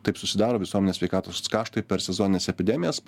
taip susidaro visuomenės sveikatos kaštai per sezonines epidemijas